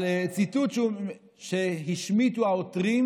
על ציטוט שהשמיטו העותרים,